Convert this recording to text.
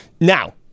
Now